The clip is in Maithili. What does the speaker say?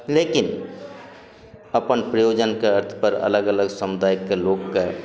लेकिन अपन प्रयोजनके अर्थ पर अलग अलग समुदायिक लोकके